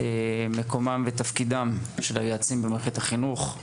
מקומם ותפקידם של היועצים במערכת החינוך,